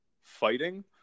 fighting